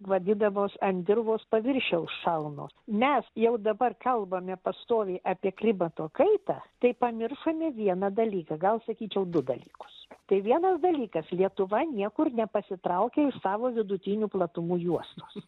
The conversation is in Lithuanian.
vadindavos ant dirvos paviršiaus šalnos mes jau dabar kalbame pastoviai apie klimato kaitą tai pamiršome vieną dalyką gal sakyčiau du dalykus tai vienas dalykas lietuva niekur nepasitraukė iš savo vidutinių platumų juostos